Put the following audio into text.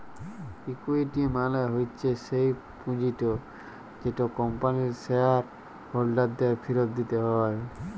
equity মালে হচ্যে স্যেই পুঁজিট যেট কম্পানির শেয়ার হোল্ডারদের ফিরত দিতে হ্যয়